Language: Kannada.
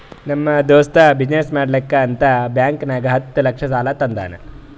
ನಮ್ ದೋಸ್ತ ಬಿಸಿನ್ನೆಸ್ ಮಾಡ್ಲಕ್ ಅಂತ್ ಬ್ಯಾಂಕ್ ನಾಗ್ ಹತ್ತ್ ಲಕ್ಷ ಸಾಲಾ ತಂದಾನ್